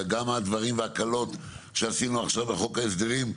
וגם הדברים וההקלות שעשינו עכשיו בחוק ההסדרים,